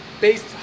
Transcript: based